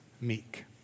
meek